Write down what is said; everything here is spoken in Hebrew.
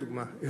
לדוגמה,